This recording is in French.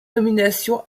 nominations